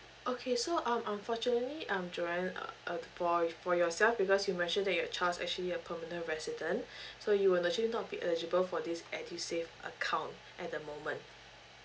okay so um unfortunately um johan uh uh for for yourself because you mentioned that your child's actually a permanent resident so you were actually not be eligible for this edusave account at the moment